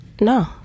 No